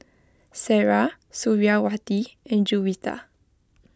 Sarah Suriawati and Juwita